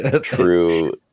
true